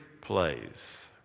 place